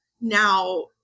now